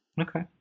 Okay